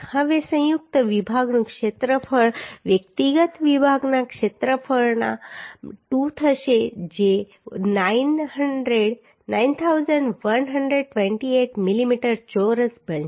હવે સંયુક્ત વિભાગનું ક્ષેત્રફળ વ્યક્તિગત વિભાગના ક્ષેત્રફળમાં 2 થશે જે 9128 મિલીમીટર ચોરસ બનશે